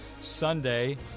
Sunday